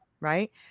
Right